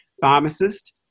pharmacist